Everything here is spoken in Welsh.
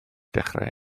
dechrau